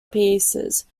pieces